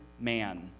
man